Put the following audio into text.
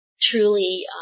truly